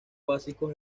básicos